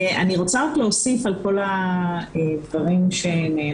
אני רוצה רק להוסיף על כל הדברים שנאמרו